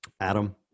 Adam